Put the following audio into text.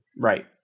Right